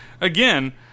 again